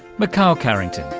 michal carrington.